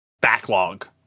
backlog